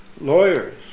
lawyers